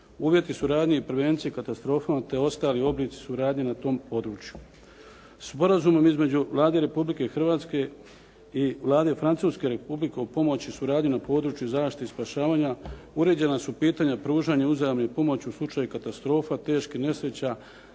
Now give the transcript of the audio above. uvjeti suradnje i prevencije u katastrofama te ostali oblici suradnje na tom području. Sporazumom između Vlade Republike Hrvatske i Vlade Francuske Republike o pomoći i suradnji na području zaštite i spašavanja uređena su pitanja pružanja uzajamne pomoći u slučaju katastrofa, teških nesreća